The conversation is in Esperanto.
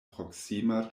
proksima